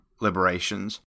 liberations